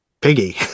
Piggy